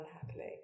unhappily